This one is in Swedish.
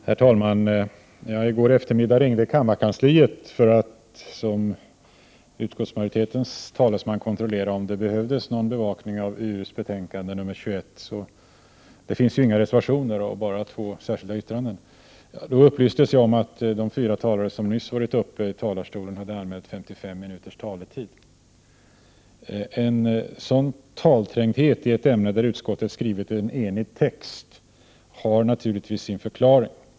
Herr talman! När jag i går eftermiddag ringde kammarkansliet, för att som utskottsmajoritetens talesman kontrollera, om det behövdes någon bevakning av utrikesutskottets betänkande nr 21 — det finns ju inga reservationer, bara två särskilda yttranden — så upplystes jag om att de fyra talare som nyss varit uppe i talarstolen hade anmält 55 minuters taletid. En sådan talträngdhet i ett ämne där utskottet skrivit en enig text har naturligtvis sin förklaring.